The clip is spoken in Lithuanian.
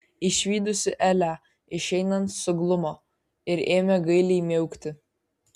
išvydusi elę išeinant suglumo ir ėmė gailiai miaukti